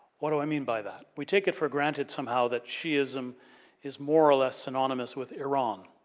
what do i mean by that? we take it for granted somehow that shi'ism is more or less synonymous with iran.